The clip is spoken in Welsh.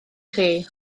chi